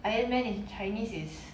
ironman in chinese is